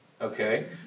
Okay